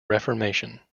reformation